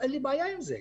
אז אין לי בעיה עם זה.